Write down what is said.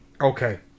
Okay